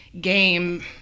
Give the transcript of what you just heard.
game